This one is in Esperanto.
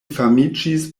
famiĝis